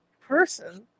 person